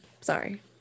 sorry